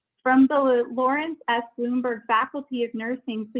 from the lawrence s bloomberg faculty of nursing, so